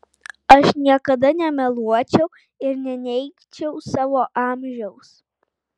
aš niekada nemeluočiau ir neneigčiau savo amžiaus